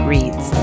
Reads